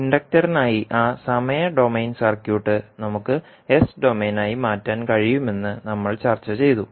ഇൻഡക്ടറിനായി ആ സമയ domain circuit നമുക്ക് എസ് ഡൊമെയ്നായി മാറ്റാൻ കഴിയുമെന്ന് നമ്മൾ ചർച്ചചെയ്തു